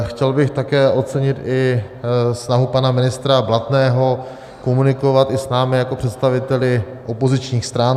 Chtěl bych také ocenit i snahu pana ministra Blatného komunikovat i s námi jako představiteli opozičních stran.